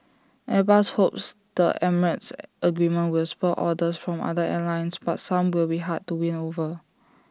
airbus hopes the emirates agreement will spur orders from other airlines but some will be hard to win over